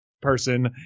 person